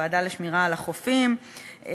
הוועדה לשמירה על החופים וכו'.